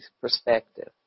perspective